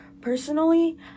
Personally